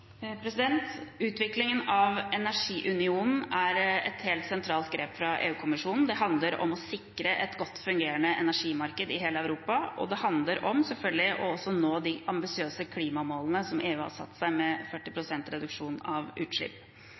Utviklingen av energiunionen er et helt sentralt grep fra EU-kommisjonen. Det handler om å sikre et godt fungerende energimarked i hele Europa, og det handler selvfølgelig om å nå de ambisiøse klimamålene som EU har satt seg, med 40 pst. reduksjon av utslipp.